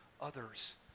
others